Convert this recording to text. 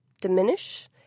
diminish